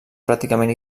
pràcticament